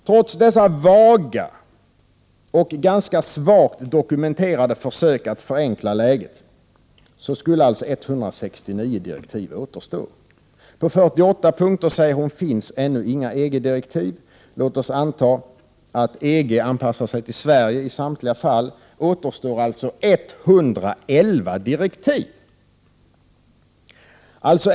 Trots dessa vaga och ganska svagt dokumenterade försök att förenkla läget skulle alltså 169 direktiv återstå. På 48 punkter, säger statsrådet Gradin, finns ännu inga EG-direktiv. Låt oss anta att EG anpassar sig till Sverige i samtliga dessa fall, och det återstår ändå 121 direktiv!